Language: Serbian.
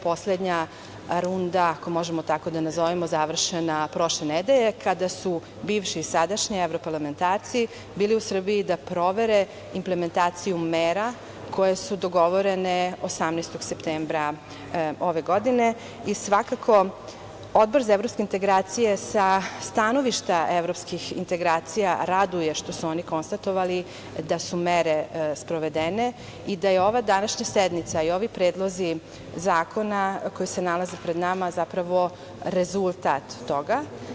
Poslednja runda je završena prošle nedelje, kada su bivši i sadašnji evroparlamentarci bili u Srbiji da provere implementaciju mera koje su dogovorene 18. septembra ove godine i svakako Odbor za evrpske integracije sa stanovišta evropskih integracija raduje što su oni konstatovali da su mere sprovedene i da je ova današnja sednica i ovi predlozi zakona koji se nalaze pred nama zapravo rezultat toga.